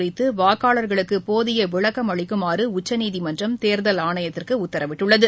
குறித்துவாக்காளர்களுக்குபோதியவிளக்கம் அளிக்குமாறுஉச்சநீதிமன்றம் தேர்தல் ஆணையத்திற்குஉத்தரவிட்டுள்ளது